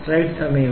000 40